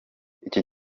iki